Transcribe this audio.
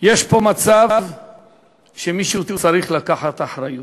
יש פה מצב שמישהו צריך לקחת אחריות.